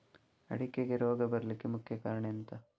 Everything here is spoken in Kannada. ಅಡಿಕೆಗೆ ರೋಗ ಬರ್ಲಿಕ್ಕೆ ಮುಖ್ಯ ಕಾರಣ ಎಂಥ?